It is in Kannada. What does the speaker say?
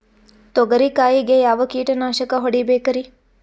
ತೊಗರಿ ಕಾಯಿಗೆ ಯಾವ ಕೀಟನಾಶಕ ಹೊಡಿಬೇಕರಿ?